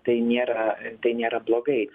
tai nėra tai nėra blogai